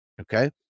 Okay